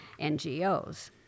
NGOs